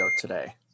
today